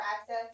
access